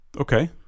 Okay